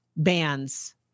bands